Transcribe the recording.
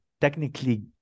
technically